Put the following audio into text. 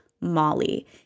Molly